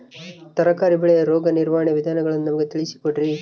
ತರಕಾರಿ ಬೆಳೆಯ ರೋಗ ನಿರ್ವಹಣೆಯ ವಿಧಾನಗಳನ್ನು ನಮಗೆ ತಿಳಿಸಿ ಕೊಡ್ರಿ?